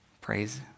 praise